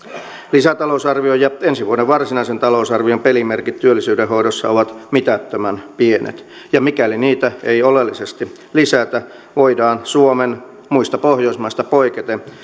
lisätalousarvion ja ensi vuoden varsinaisen talousarvion pelimerkit työllisyyden hoidossa ovat mitättömän pienet ja mikäli niitä ei oleellisesti lisätä voidaan suomen muista pohjoismaista poiketen